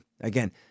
again